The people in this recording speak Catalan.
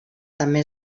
també